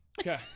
Okay